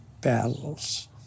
battles